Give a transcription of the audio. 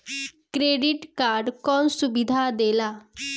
Credit card कौन सुबिधा देला?